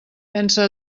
pensa